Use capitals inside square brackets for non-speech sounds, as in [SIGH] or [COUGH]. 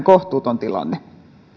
[UNINTELLIGIBLE] kohtuuton tilanne